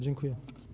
Dziękuję.